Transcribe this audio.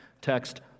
text